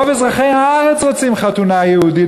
רוב אזרחי הארץ רוצים חתונה יהודית,